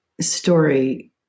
story